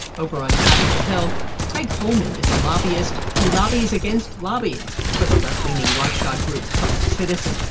over on capitol hill craig holman is a lobbyist who lobbies against lobbying for the left-leaning watchdog group public citizen.